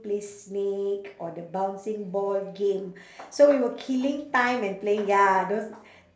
play snake or the bouncing ball game so we were killing time and playing ya those